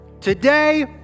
Today